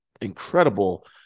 incredible